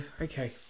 okay